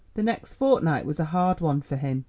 the next fortnight was a hard one for him,